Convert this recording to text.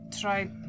try